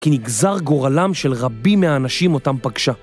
כי נגזר גורלם של רבים מהאנשים אותם פגשה.